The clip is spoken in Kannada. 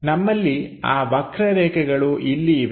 ನಮ್ಮಲ್ಲಿ ಆ ವಕ್ರ ರೇಖೆಗಳು ಇಲ್ಲಿ ಇವೆ